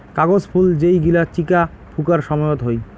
কাগজ ফুল যেই গিলা চিকা ফুঁকার সময়ত হই